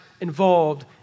involved